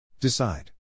Decide